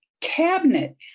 cabinet